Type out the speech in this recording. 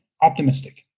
optimistic